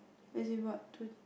as in what tu~